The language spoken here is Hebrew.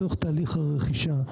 מתוך תהליך הרכישה,